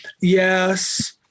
Yes